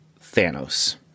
Thanos